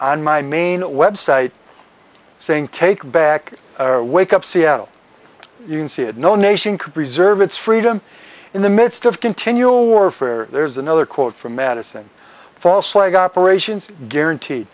on my main website saying take back wake up seattle you can see it no nation could preserve its freedom in the midst of continual warfare there's another quote from madison false flag operations guarantee